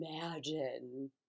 imagine